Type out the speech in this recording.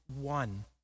one